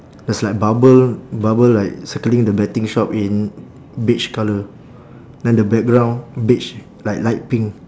there's like bubble bubble like circling the betting shop in beige colour then the background beige like light pink